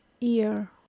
Ear